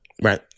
Right